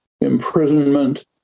imprisonment